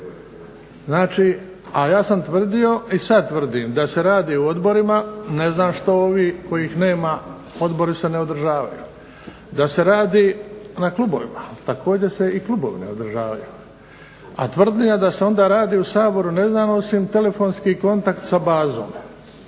ovdje. Ja sam tvrdio i sada tvrdim, da se radi o odborima, ne znam što ovi kojih nema. Odbori se ne održavaju, da se radi na klubovima, također se i klubovi ne održavaju, a tvrdnja da se onda radi u Saboru ne znam, osim telefonski kontakt sa bazom.